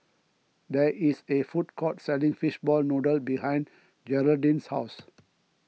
there is a food court selling Fishball Noodle behind Jeraldine's house